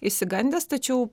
išsigandęs tačiau